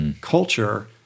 culture